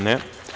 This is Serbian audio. Ne.